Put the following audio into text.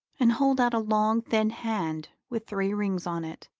and hold out a long thin hand with three rings on it.